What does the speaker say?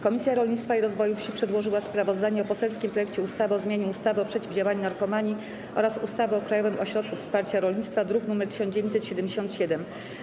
Komisja Rolnictwa i Rozwoju Wsi przedłożyła sprawozdanie o poselskim projekcie ustawy o zmianie ustawy o przeciwdziałaniu narkomanii oraz ustawy o Krajowym Ośrodku Wsparcia Rolnictwa, druk nr 1977.